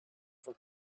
for